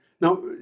Now